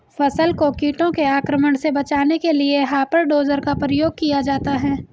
फसल को कीटों के आक्रमण से बचाने के लिए हॉपर डोजर का प्रयोग किया जाता है